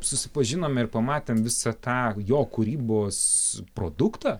susipažinome ir pamatėm visą tą jo kūrybos produktą